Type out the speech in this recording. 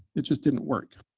it just didn't work.